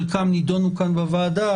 חלקם נדונו כאן בוועדה,